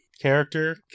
character